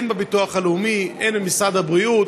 הן בביטוח הלאומי והן במשרד הבריאות,